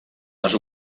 les